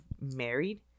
married